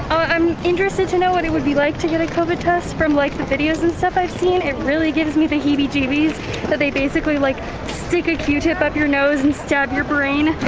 i'm interested to know what it would be like to get a covid test from like the videos and stuff i've seen. it really gives me the heebie-jeebies that they basically like stick a q-tip up your nose and stab your brain,